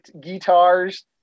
guitars